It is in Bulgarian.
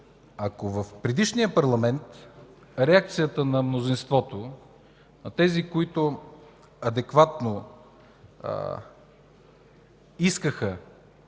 в предишния парламент реакцията на мнозинството, на тези, които адекватно искаха